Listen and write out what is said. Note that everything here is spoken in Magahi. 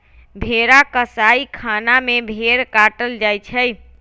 भेड़ा कसाइ खना में भेड़ काटल जाइ छइ